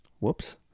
Whoops